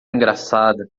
engraçada